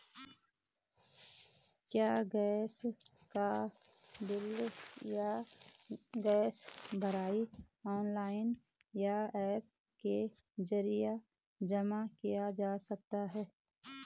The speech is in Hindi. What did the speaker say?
क्या गैस का बिल या गैस भराई ऑनलाइन या ऐप के जरिये जमा किये जा सकते हैं?